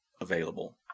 available